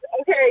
okay